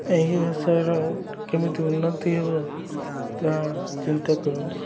ଏହି ଭାଷାର କେମିତି ଉନ୍ନତି ହେବ ତାହା ଚିନ୍ତା କରନ୍ତୁ